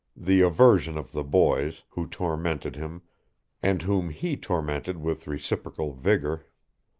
the aversion of the boys, who tormented him and whom he tormented with reciprocal vigor.